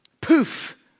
Poof